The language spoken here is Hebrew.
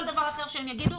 כל דבר אחר שהם יגידו,